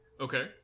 Okay